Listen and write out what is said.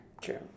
True